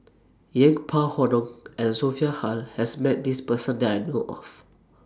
Yeng Pway Ngon and Sophia Hull has Met This Person that I know of